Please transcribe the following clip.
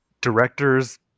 director's